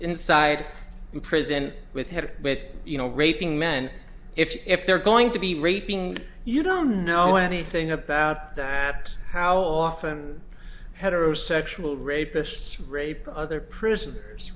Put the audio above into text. inside the prison with him with you know raping men if they're going to be raping you don't know anything about that how often heterosexual rapists rape other prisoners